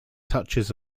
touches